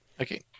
Okay